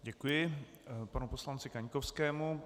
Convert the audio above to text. Děkuji panu poslanci Kaňkovskému.